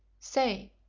say,